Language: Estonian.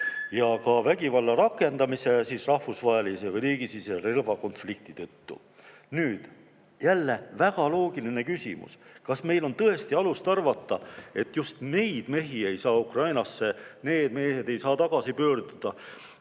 või vägivalla rakendamise rahvusvahelise või riigisisese relvakonflikti tõttu. Nüüd, jälle väga loogiline küsimus: kas meil on tõesti alust arvata, et just need mehed ei saa Ukrainasse tagasi pöörduda,